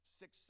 six